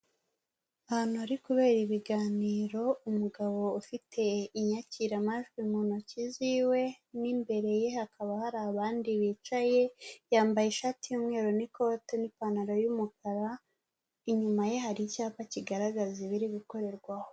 Ahantu hari kubera ibiganiro, umugabo ufite inyakiramajwi mu ntoki ziwe n'imbere ye hakaba hari abandi bicaye, yambaye ishati y'umweru n'ikote n'ipantaro y'umukara, inyuma ye hari icyapa kigaragaza ibiri gukorerwa aho.